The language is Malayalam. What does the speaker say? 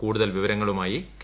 കൂടുതൽ വിവരങ്ങളുമായി കെ